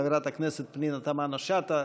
חברת הכנסת פנינה תמנו שטה.